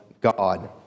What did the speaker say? God